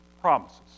promises